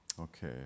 Okay